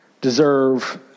deserve